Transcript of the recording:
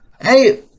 Hey